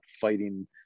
fighting